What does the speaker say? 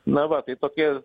na va tai tokie